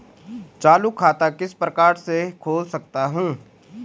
चालू खाता किस प्रकार से खोल सकता हूँ?